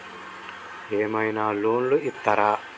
ఏమైనా లోన్లు ఇత్తరా?